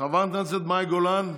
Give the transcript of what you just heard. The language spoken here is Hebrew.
חברת הכנסת מאי גולן,